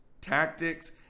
tactics